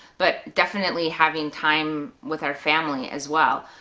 but definitely having time with our family as well.